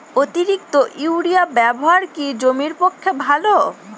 অতিরিক্ত ইউরিয়া ব্যবহার কি জমির পক্ষে ভালো?